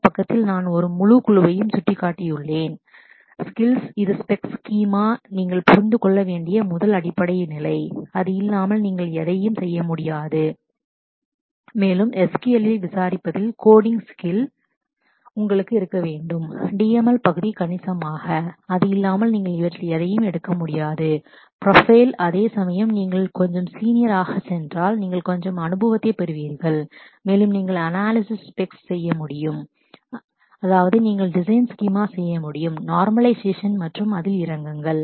இந்த பக்கத்தில் நான் ஒரு முழு குழுவையும் காட்டியுள்ளேன் ஸ்கில் skills இது ஸ்பெக்ஸ் ஸ்கீமா specs schema நீங்கள் புரிந்து கொள்ள வேண்டிய முதல் அடிப்படை நிலை அது இல்லாமல் நீங்கள் இதை எதையும் செய்ய முடியாது மேலும் SQL இல் விசாரிப்பதில் கோடிங் ஸ்கில் coding skill உங்களுக்கு இருக்க வேண்டும் DML பகுதி கணிசமாக அது இல்லாமல் நீங்கள் இவற்றில் எதையும் எடுக்க முடியாது ப்ரொபைல் அதேசமயம் நீங்கள் கொஞ்சம் சீனியர் senior ஆக சென்றால் நீங்கள் கொஞ்சம் அனுபவத்தைப் பெறுவீர்கள் மேலும் நீங்கள் அனலைஸ் ஸ்பெக்ஸ் analyse specs செய்ய முடியும் அதாவது நீங்கள் டிசைன் ஸ்கீமா schema செய்ய முடியும் நார்மலைஷேஷன் normalization மற்றும் இதில் இறங்குங்கள்